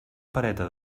pereta